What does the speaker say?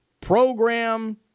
program